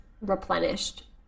replenished